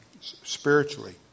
spiritually